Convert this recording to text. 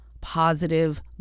positive